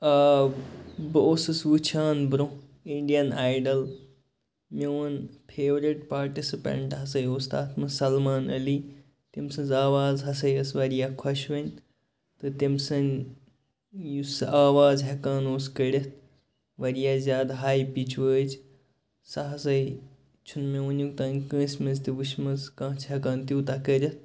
آ بہٕ اوسُس وُچھان برۄنٛہہ اِنٛڈِیَن آیِڈٕل میون فیورِٹ پاٹِسِپیٚنٹ ہسا اوس تَتھ منٛز سَلمان علی تٔمۍ سٕنٛز آواز ہسا ٲسۍ واریاہ خۄشوٕنۍ تہٕ تٔمۍ سٕنٛدۍ یُس آواز ہیٚکان اوس کٔڑِتھ واریاہ زیادٕ ہاے پِچ وٲجۍ سۄ ہسا چھُنہٕ مےٚ وُنیُک تانۍ کانٛسہِ منٛز تہِ وُچھہِ مٕژ کانٛہہ چھٕ ہیٚکان تیوٗتاہ کٔرِتھ